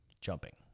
jumping